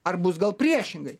ar bus gal priešingai